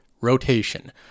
rotation